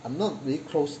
I'm not really close